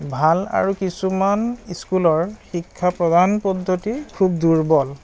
ভাল আৰু কিছুমান স্কুলৰ শিক্ষা প্ৰদান পদ্ধতি খুব দুৰ্বল